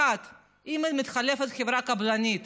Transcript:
אם מתחלפת חברה קבלנית